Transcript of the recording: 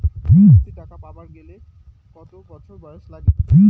কন্যাশ্রী টাকা পাবার গেলে কতো বছর বয়স লাগে?